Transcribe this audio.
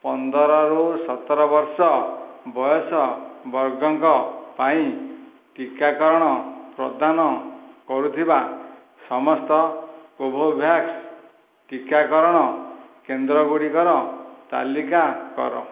ପନ୍ଦରରୁ ସତର ବର୍ଷ ବୟସ ବର୍ଗଙ୍କ ପାଇଁ ଟିକାକରଣ ପ୍ରଦାନ କରୁଥିବା ସମସ୍ତ କୋଭୋଭ୍ୟାକ୍ସ ଟିକାକରଣ କେନ୍ଦ୍ର ଗୁଡ଼ିକର ତାଲିକା କର